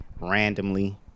randomly